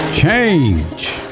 Change